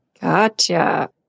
Gotcha